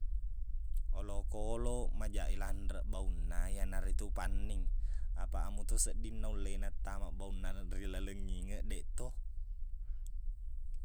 Olokkoloq majaq e lanreq baunna iyana ritu panning apaq amo to sedding naullena tama baunna ri laleng ingeq deq to